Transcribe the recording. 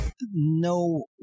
no